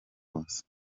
wose